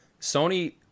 Sony